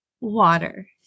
water